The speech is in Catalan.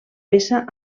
peça